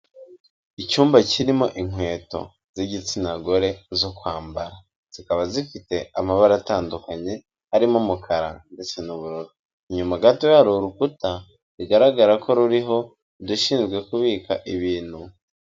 Icyumba kirimo inkweto. Z'igitsina gore zo kwambara zikaba zifite amabara atandukanye, arimo umukara ndetse n'ubururu, inyuma gatoya hari urukuta bigaragara ko ruriho udushinzwe kubika ibintu.